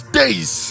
days